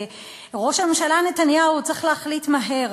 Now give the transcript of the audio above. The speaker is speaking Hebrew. וראש הממשלה נתניהו: צריך להחליט מהר,